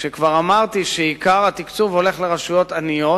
וכבר אמרתי שעיקר התקצוב הולך לרשויות עניות.